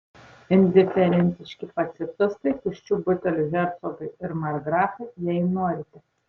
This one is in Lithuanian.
indiferentiški pacifistai tuščių butelių hercogai ir markgrafai jei norite